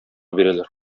бирәләр